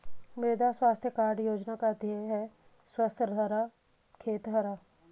मृदा स्वास्थ्य कार्ड योजना का ध्येय है स्वस्थ धरा, खेत हरा